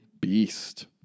Beast